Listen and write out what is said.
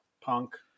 Punk